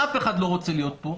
שאף אחד לא רוצה להיות בו,